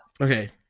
Okay